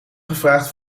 gevraagd